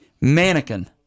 Mannequin